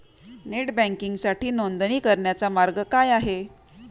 Net बँकिंगसाठी नोंदणी करण्याचा मार्ग काय आहे?